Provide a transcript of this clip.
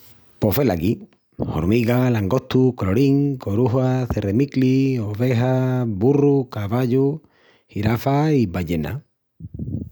Pos velaquí: hormiga, langostu, colorín, coruja, cerremicli, oveja, burru, cavallu, girafa i ballena.